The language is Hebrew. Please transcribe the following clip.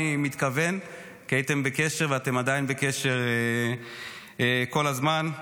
מתכוון כי הייתם בקשר ואתם עדיין בקשר כל הזמן.